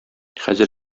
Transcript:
хәзер